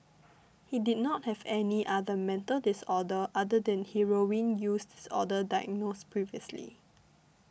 he did not have any other mental disorder other than heroin use disorder diagnosed previously